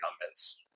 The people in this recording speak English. incumbents